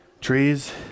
trees